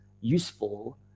Useful